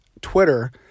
Twitter